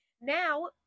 Now